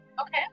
okay